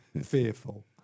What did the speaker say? fearful